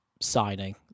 signing